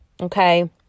okay